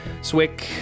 Swick